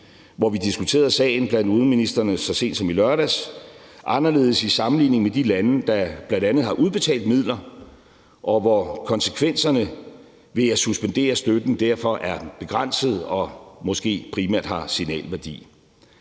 hvor vi diskuterede sagen blandt udenrigsministrene så sent som i lørdags, anderledes i sammenligning med de lande, der bl.a. har udbetalt midler, og hvor konsekvenserne ved at suspendere støtten derfor er begrænsede og måske primært har signalværdi.